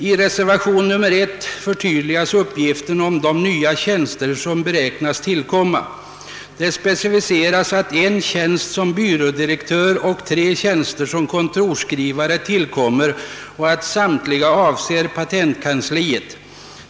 I reservationen 1 förtydligas uppgiften om de nya tjänster, som planeras tillkomma, till en tjänst som byrådirektör och tre tjänster som kontorsskrivare, vilka samtliga avser patentkansliet.